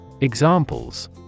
Examples